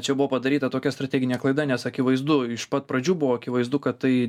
čia buvo padaryta tokia strateginė klaida nes akivaizdu iš pat pradžių buvo akivaizdu kad tai